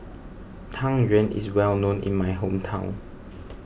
Tang Yuen is well known in my hometown